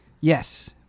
Yes